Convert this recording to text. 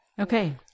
Okay